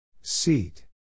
Seat